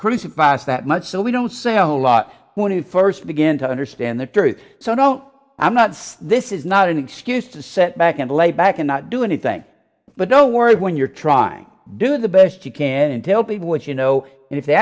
crucify us that much so we don't say a whole lot when you first begin to understand the truth so no i'm not this is not an excuse to set back and lay back and not do anything but don't worry when you're trying do the best you can and tell people what you know and if they